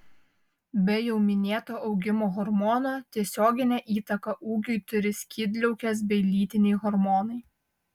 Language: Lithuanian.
be jau minėto augimo hormono tiesioginę įtaką ūgiui turi skydliaukės bei lytiniai hormonai